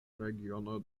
regiono